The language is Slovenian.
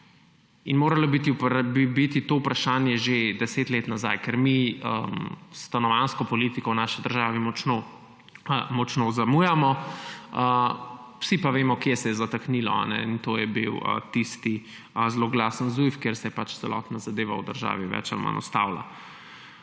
bi moralo biti vprašanje že 10 let nazaj, ker mi s stanovanjsko politiko v naši državi močno zamujamo. Vsi pa vemo, kje se je zataknilo – to je bil tisti zloglasni Zujf, kjer se je celotna zadeva v državi bolj ali manj ustavila.